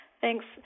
Thanks